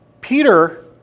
Peter